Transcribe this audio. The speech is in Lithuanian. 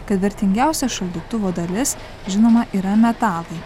kad vertingiausia šaldytuvo dalis žinoma yra metalai